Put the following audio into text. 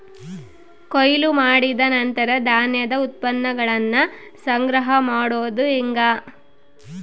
ಕೊಯ್ಲು ಮಾಡಿದ ನಂತರ ಧಾನ್ಯದ ಉತ್ಪನ್ನಗಳನ್ನ ಸಂಗ್ರಹ ಮಾಡೋದು ಹೆಂಗ?